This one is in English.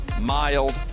mild